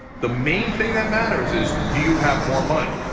the main thing that matters is do you have more money?